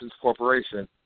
Corporation